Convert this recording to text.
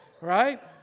right